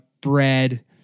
Bread